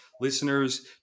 listeners